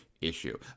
issue